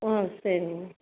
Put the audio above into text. ம் சரிங்க